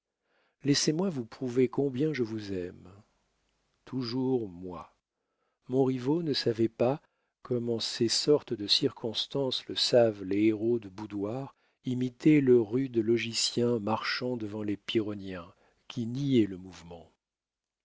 laissez-moi vous prouver combien je vous aime toujours moi montriveau ne savait pas comme en ces sortes de circonstances le savent les héros de boudoir imiter le rude logicien marchant devant les pyrrhoniens qui niaient le mouvement